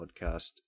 podcast